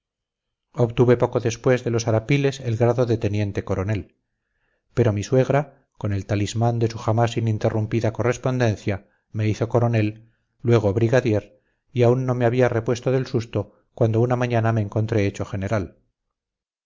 obtuve poco después de los arapiles el grado de teniente coronel pero mi suegra con el talismán de su jamás interrumpida correspondencia me hizo coronel luego brigadier y aún no me había repuesto del susto cuando una mañana me encontré hecho general